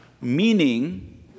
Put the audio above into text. meaning